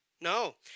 No